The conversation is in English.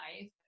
life